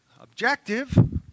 objective